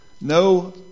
no